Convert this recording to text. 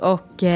Och